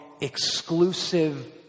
exclusive